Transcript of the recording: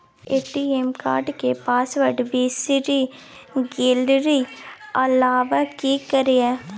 ATM card के password बिसरि गेलियै आबय की करियै?